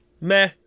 Meh